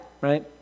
right